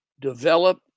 develop